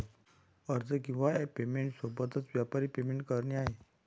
अर्ज किंवा app payment सोबतच, व्यापारी पेमेंट करणे आहे